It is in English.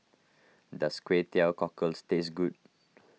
does Kway Teow Cockles taste good